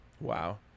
wow